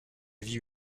vie